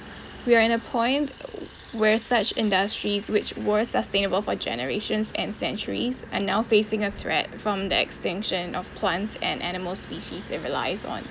we are in a point where such industries which were sustainable for generations and centuries are now facing a threat from the extinction of plants and animal species it relies on